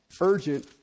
urgent